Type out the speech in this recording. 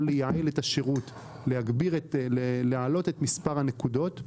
יכול לייעל את השירות ולהעלות את מספר הנקודות.